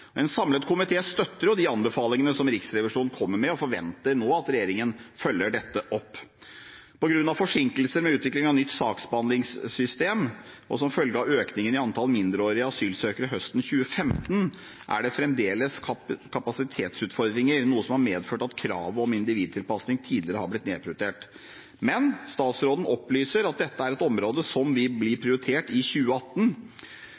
sivilrettsforvaltning. En samlet komité støtter de anbefalingene som Riksrevisjonen kommer med, og forventer nå at regjeringen følger dette opp. På grunn av forsinkelser med utviklingen av nytt saksbehandlingssystem og som følge av økningen i antallet mindreårige asylsøkere høsten 2015 er det fremdeles kapasitetsutfordringer, noe som har medført at kravet om individtilpassing tidligere har blitt nedprioritert. Men statsråden opplyser at dette er et område som vil bli prioritert i 2018. Vi